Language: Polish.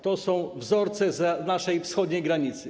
To są wzorce zza naszej wschodniej granicy.